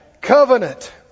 Covenant